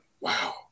Wow